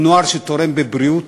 הוא נוער שתורם בבריאות,